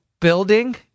building